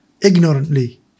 ignorantly